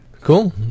Cool